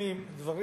שלפעמים דברים